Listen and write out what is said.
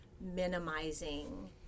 minimizing